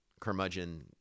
curmudgeon